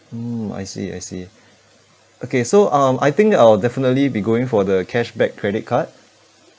mm I see I see okay so um I think I will definitely be going for the cashback credit card